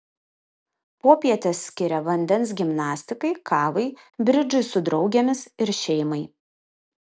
popietes skiria vandens gimnastikai kavai bridžui su draugėmis ir šeimai